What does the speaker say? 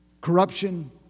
Corruption